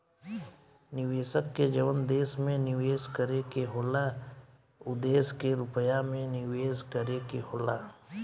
निवेशक के जवन देश में निवेस करे के होला उ देश के रुपिया मे निवेस करे के होला